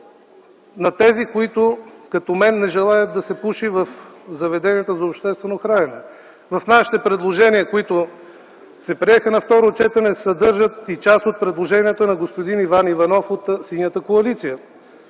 на тези, които като мен не желаят да се пуши в заведенията за обществено хранене. В нашите предложения, които се приеха на второ четене, се съдържат и част от предложенията на господин Иван Иванов от Синята коалиция.